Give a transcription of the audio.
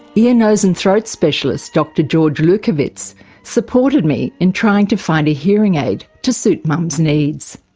ear, nose and throat specialist dr george lewkowitz supported me in trying to find a hearing aid to suit mum's needs.